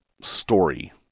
story